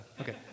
Okay